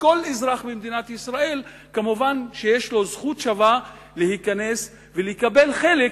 שכל אזרח במדינת ישראל כמובן יש לו זכות שווה להיכנס ולקבל חלק